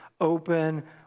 open